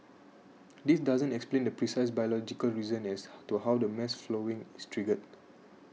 this doesn't explain the precise biological reason as to how the mass flowering is triggered